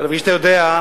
כפי שאתה יודע,